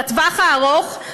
בטווח הארוך,